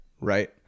right